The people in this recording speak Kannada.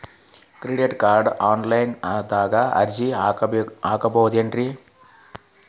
ಕ್ರೆಡಿಟ್ ಕಾರ್ಡ್ಗೆ ಆನ್ಲೈನ್ ದಾಗ ಅರ್ಜಿ ಹಾಕ್ಬಹುದೇನ್ರಿ?